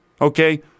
okay